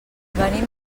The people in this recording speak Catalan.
venim